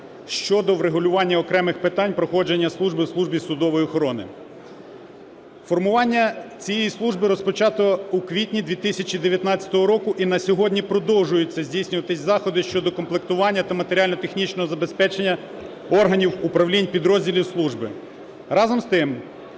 щодо врегулювання окремих питань проходження служби в Службі судової охорони. Формування цієї служби розпочато у квітні 2019 року і на сьогодні продовжуються здійснюватись заходи щодо комплектування та матеріально-технічного забезпечення органів, управлінь, підрозділів служби. Разом з тим,